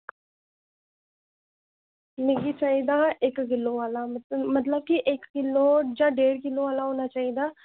मिगी चाहिदा इक किल्लो आह्ला मतलब मतलब कि इक किल्लोजां डेढ़ किल्लो आह्ला होना चाहिदा